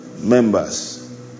members